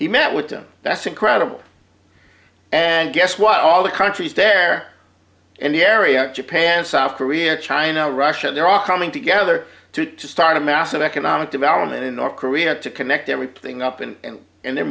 he met with them that's incredible and guess what all the countries there in the area japan south korea china russia they're all coming together to start a massive economic development in north korea to connect everything up and and they're